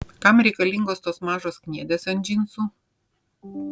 kam reikalingos tos mažos kniedės ant džinsų